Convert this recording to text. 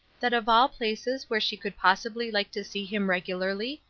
that of all places where she could possibly like to see him regularly,